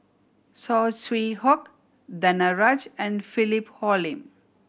Saw Swee Hock Danaraj and Philip Hoalim